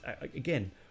again